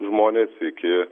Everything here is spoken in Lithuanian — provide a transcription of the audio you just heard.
žmonės iki